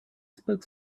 spoke